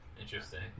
Interesting